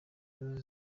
tanu